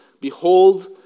Behold